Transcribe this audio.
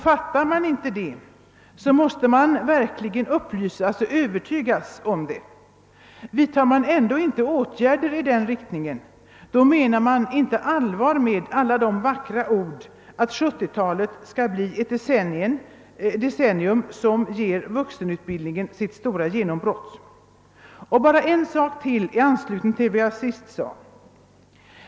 Fattar man inte det måste man verkligen upplysas och övertygas om det. Vidtar man ändå inte åtgärder i den riktningen, menar man inte allvar med alla vackra ord om att 1970-talet skall bli det decennium som ger vuxenutbildningen dess stora genombrott. Bara en sak till i anslutning till vad jag nyss sade!